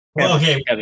Okay